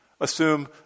assume